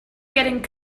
getting